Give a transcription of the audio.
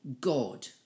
god